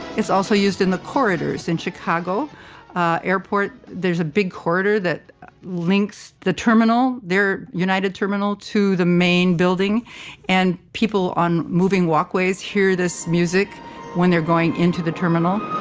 it's also used in the corridors in chicago airport. there's a big corridor that links the terminal, their united terminal, to the main building and people on moving walkways hear this music when they're going into the terminal